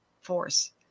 force